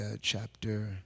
chapter